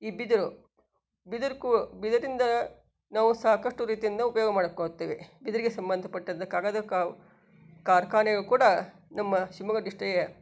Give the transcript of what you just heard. ಈ ಬಿದಿರು ಬಿದಿರು ಕೂ ಬಿದಿರಿಂದ ನಾವು ಸಾಕಷ್ಟು ರೀತಿಯಿಂದ ಉಪಯೋಗ ಮಾಡ್ಕೋತೀವಿ ಬಿದಿರಿಗೆ ಸಂಬಂಧಪಟ್ಟಿದ್ದ ಕಾಗದ ಕಾರ್ಖಾನೆಯು ಕೂಡ ನಮ್ಮ ಶಿವಮೊಗ್ಗ ಡಿಸ್ಟಿ